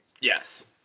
Yes